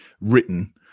written